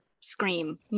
scream